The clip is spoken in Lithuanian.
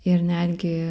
ir netgi